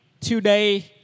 today